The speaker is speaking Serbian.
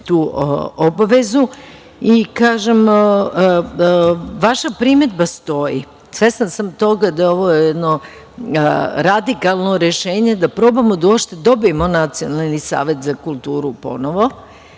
tu obavezu. Kažem, vaša primedba stoji. Svesna sam toga da je ovo jedno radikalno rešenje da probamo da uopšte dobijemo Nacionalni savet za kulturu ponovo,